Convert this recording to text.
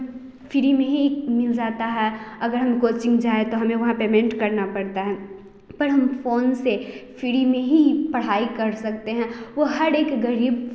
free में ही मिल जाता है अगर हम कोचिंग जाएँ तो वहाँ हमें पेमेंट करना पड़ता है पर हम फ़ोन से फ्री में ही पढ़ाई कर सकते हैं वे हर एक गरीब के